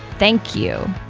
thank you!